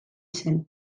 zen